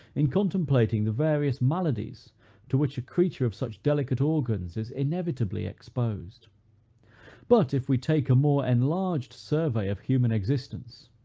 in contemplating the various maladies to which a creature of such delicate organs is inevitably exposed but, if we take a more enlarged survey of human existence,